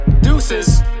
Deuces